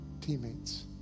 teammates